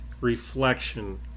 reflection